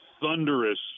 thunderous